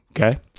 okay